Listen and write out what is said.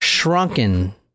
shrunken